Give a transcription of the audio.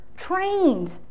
trained